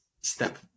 step